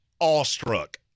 awestruck